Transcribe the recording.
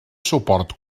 suport